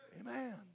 Amen